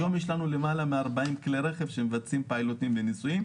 היום יש לנו למעלה מ-40 כלי רכב שמבצעים פיילוטים וניסויים,